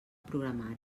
programari